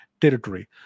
territory